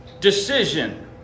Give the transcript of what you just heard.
decision